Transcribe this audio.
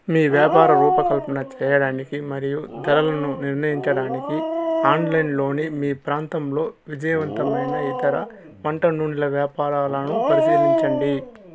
మీ వ్యాపార రూపకల్పన చేయడానికి మరియు ధరలను నిర్ణయించడానికి ఆన్లైన్లోని మీ ప్రాంతంలో విజయవంతమైన ఇతర వంటనూనెల వ్యాపారాలను పరిశీలించండి